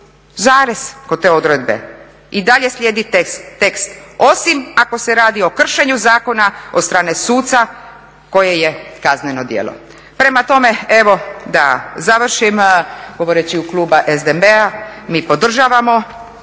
zarez kod te odredbe. I dalje slijedi tekst: "osim ako se radi o kršenju zakona od strane suca koje je kazneno djelo." Prema tome evo da završim govoreći u ime kluba SDP-a mi podržavamo